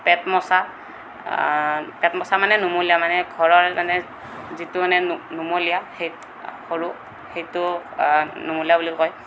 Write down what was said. পেট মচা পেট মচা মানে নুমলীয়া মানে ঘৰৰ মানে যিটো মানে নো নুমলীয়া সেই সৰু সেইটোক নুমলীয়া বুলিও কয়